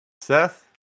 Seth